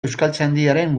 euskaltzaindiaren